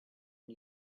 and